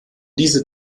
diese